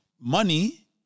Money